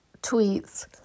tweets